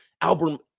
Albert